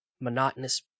monotonous